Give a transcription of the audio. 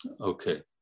okay